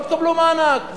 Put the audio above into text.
לא תקבלו מענק.